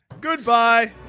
Goodbye